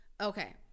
Okay